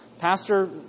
Pastor